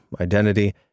identity